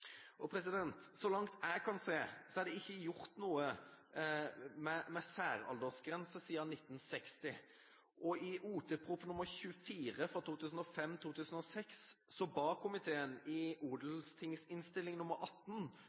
Så langt jeg kan se, er det ikke gjort noe med særaldersgrensene siden 1960. I forbindelse med behandlingen av Ot.prp. nr. 24 for 2005–2006 ba komiteen i Innst. O. nr. 18